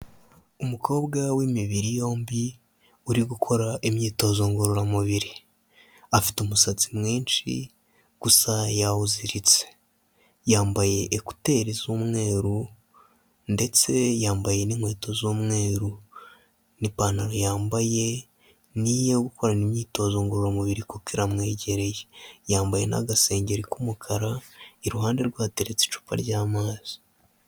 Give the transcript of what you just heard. Umukobwa w'imibiri yombi uri gukora imyitozo ngororamubiri. Afite umusatsi mwinshi, gusa yawuziritse. Yambaye ekuteri z'umweru ndetse yambaye n'inkweto z'umweru n'ipantaro yambaye ni iyo gukorana imyitozo ngororamubiri kuko iramwegereye. Yambaye n'agasengeri k'umukara, iruhande rwe hateretse icupa ry'amazi.